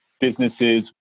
Businesses